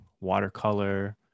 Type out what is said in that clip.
watercolor